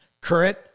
current